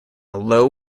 low